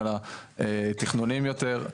אלא תכנוניים יותר.